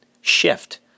shift